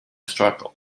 struggle